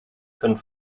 können